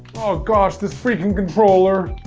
oh gosh, this freaking controller!